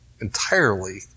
entirely